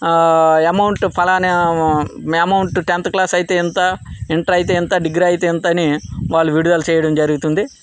amount ఫలానా amount tenth class అయితే ఇంత ఇంటర్ అయితే ఇంత డిగ్రీ అయితే ఇంత అని వాళ్ళు విడుదల చేయడం జరుగుతుంది